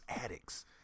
addicts